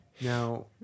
now